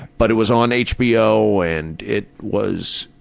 but it was on hbo and it was,